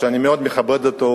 שאני מאוד מכבד אותו,